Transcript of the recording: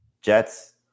Jets